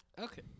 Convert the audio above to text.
Okay